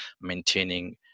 maintaining